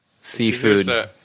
seafood